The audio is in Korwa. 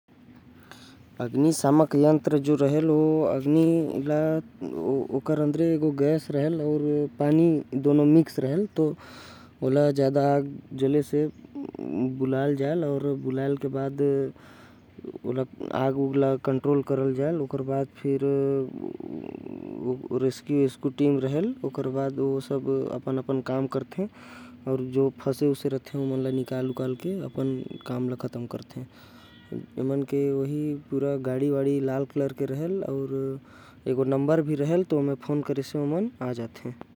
अग्निशामक यंत्र म गैस अउ पानी के मिला के डाले रहथे। जे हर आग बुझाये म मदद करथे। आग बुझाये वाला रेस्क्यू टीम आथे। अउ ओला इस्तेमाल कर के आग ल भुजहाथे। लाल गाड़ी म ओमन आथे अउ आग भुजहाथे।